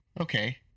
okay